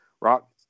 Rock